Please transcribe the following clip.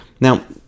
Now